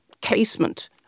casement